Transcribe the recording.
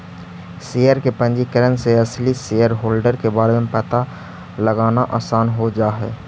share के पंजीकरण से असली शेयरहोल्डर के बारे में पता लगाना आसान हो जा हई